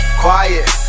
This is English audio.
quiet